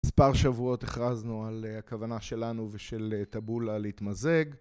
מספר שבועות הכרזנו על הכוונה שלנו ושל טבולה להתמזג.